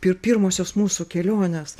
pir pirmosios mūsų kelionės